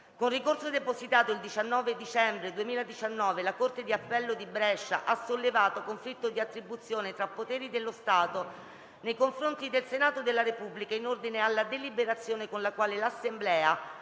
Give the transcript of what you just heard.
Con ricorso depositato il 19 dicembre 2019, la corte di appello di Brescia ha sollevato conflitto di attribuzione tra poteri dello Stato nei confronti del Senato della Repubblica in ordine alla deliberazione con la quale l'Assemblea,